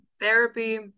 therapy